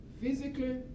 physically